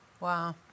wow